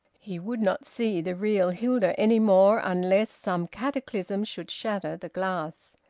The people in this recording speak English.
he would not see the real hilda any more unless some cataclysm should shatter the glass.